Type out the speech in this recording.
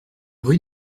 rue